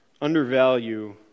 undervalue